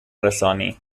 رسانی